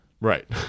Right